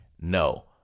no